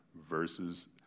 versus